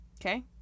Okay